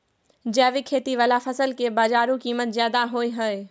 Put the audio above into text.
जैविक खेती वाला फसल के बाजारू कीमत ज्यादा होय हय